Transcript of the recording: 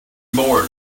board